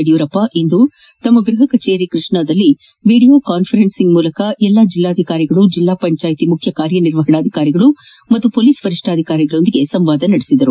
ಯಡಿಯೂರಪ್ಪ ಇಂದು ಗೃಹ ಕಚೇರಿ ಕೃಷ್ಣಾದಲ್ಲಿ ವೀಡಿಯೋ ಕಾನ್ಪರೆನ್ಸ್ ಮೂಲಕ ಎಲ್ಲಾ ಜಿಲ್ಲಾಧಿಕಾರಿಗಳು ಜಿಲ್ಲಾ ಪಂಚಾಯತ್ ಮುಖ್ಯ ಕಾರ್ಯನಿರ್ವಹಣಾಧಿಕಾರಿಗಳು ಹಾಗೂ ಪೊಲೀಸ್ ವರಿಷ್ಠಾಧಿಕಾರಿಗಳೊಂದಿಗೆ ಸಂವಾದ ನಡೆಸಿದರು